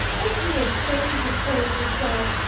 ain't you ashamed to fool me so?